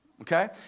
okay